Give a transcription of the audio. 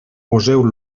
poseu